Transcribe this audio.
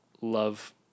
love